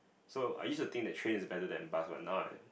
so I used to think that train is better than bus but now I